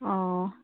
ꯑꯣ